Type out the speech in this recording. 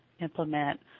implement